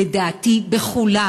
לדעתי, בכולם